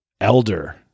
elder